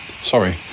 sorry